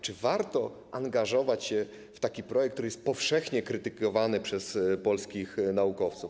Czy warto angażować się w taki projekt, który jest powszechnie krytykowany przez polskich naukowców?